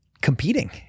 competing